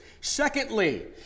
Secondly